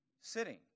sitting